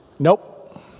Nope